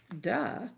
duh